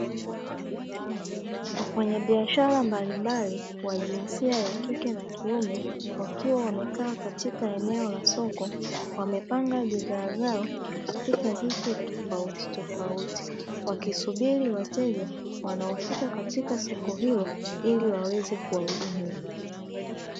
Wafanya biashara mbalimbali wa jinsia ya kike na kiume wakiwa wamekaa katika eneo la soko. Wamepanga bidhaa zao katika vitu tofauti tofauti, wakisubiri wateja wanaofika katika soko hilo ili waweze kuwahudumia.